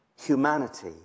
humanity